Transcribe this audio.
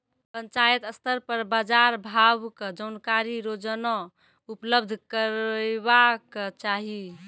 पंचायत स्तर पर बाजार भावक जानकारी रोजाना उपलब्ध करैवाक चाही?